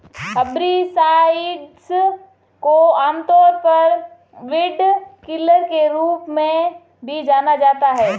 herbicides को आमतौर पर वीडकिलर के रूप में भी जाना जाता है